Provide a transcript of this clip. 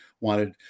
wanted